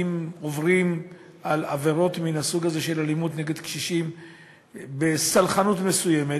אם עוברים על עבירות מהסוג הזה של אלימות נגד קשישים בסלחנות מסוימת,